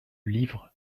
livre